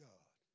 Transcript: God